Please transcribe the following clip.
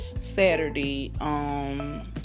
Saturday